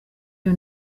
iyo